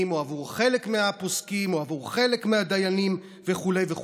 או עבור חלק מהפוסקים או עבור חלק מהדיינים וכו' וכו'.